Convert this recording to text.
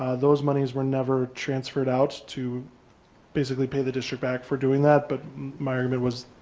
those monies were never transferred out to basically pay the district back for doing that. but my agreement was,